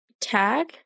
Tag